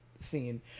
scene